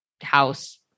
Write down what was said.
house